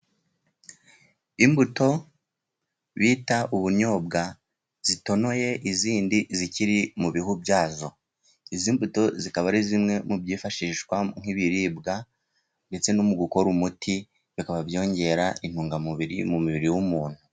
Imbuto bita ubunyobwa zitonoye, izindi zikiri mu bihu byazo, izi mbuto zikaba ari zimwe mu byifashishwa nk'ibiribwa ndetse no mu gukora umuti, bikaba byongera intungamubiri mu mubiri w'umuntu.